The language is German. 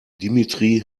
dimitri